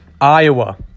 Iowa